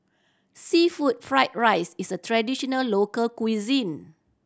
seafood fried rice is a traditional local cuisine